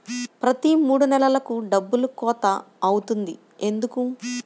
ప్రతి మూడు నెలలకు డబ్బులు కోత అవుతుంది ఎందుకు?